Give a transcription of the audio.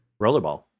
Rollerball